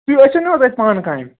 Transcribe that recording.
تُہۍ ٲسِو نا حظ اَسہِ پانہٕ کامہِ